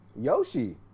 Yoshi